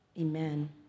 amen